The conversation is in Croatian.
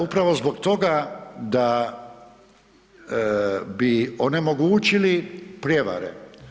Upravo zbog toga da bi onemogućili prijevare.